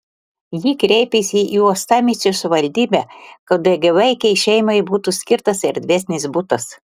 ji kreipėsi į uostamiesčio savivaldybę kad daugiavaikei šeimai būtų skirtas erdvesnis butas